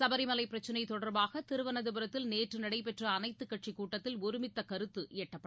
சபரிமலைபிரச்னைதொடர்பாகதிருவனந்தபுரத்தில் நேற்றுநடைபெற்றஅனைத்துக்கட்சிகூட்டத்தில் ஒருமித்தகருத்துஎட்டப்படவில்லை